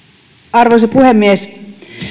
arvoisa puhemies